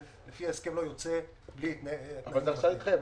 לפי ההסכם לא יוצא -- אבל זה הרשאה להתחייב.